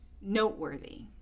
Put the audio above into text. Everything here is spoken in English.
noteworthy